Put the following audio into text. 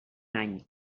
any